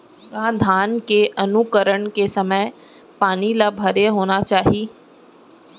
का धान के अंकुरण के समय पानी ल भरे होना चाही?